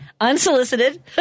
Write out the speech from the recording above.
unsolicited